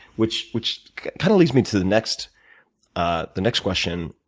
which which kind of leads me to the next ah the next question.